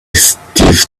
steve